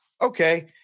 Okay